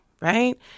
right